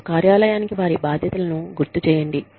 మరియు కార్యాలయానికి వారి బాధ్యతలను గుర్తు చేయండి